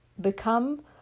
Become